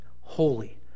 holy